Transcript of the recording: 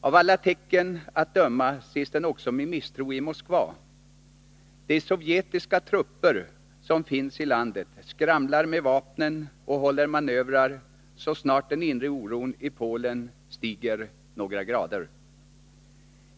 Av alla tecken att döma ses den också med misstro i Moskva. De sovjetiska trupper som finns i landet skramlar med vapnen och håller manövrar så snart den inre oron i Polen stiger några grader.